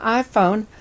iPhone